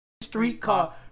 streetcar